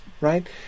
right